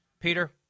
Peter